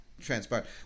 transpired